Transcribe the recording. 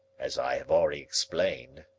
as i have already explained,